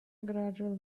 gradual